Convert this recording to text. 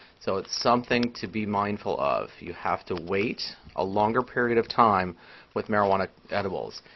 so it's something to be mindful of. you have to wait a longer period of time with marijuana edibles.